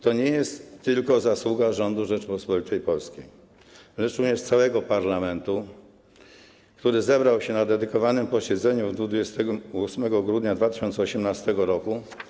To nie jest tylko zasługa rządu Rzeczypospolitej Polskiej, lecz również całego parlamentu, który zebrał się na dedykowanym posiedzeniu 28 grudnia 2018 r.